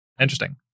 Interesting